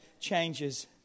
changes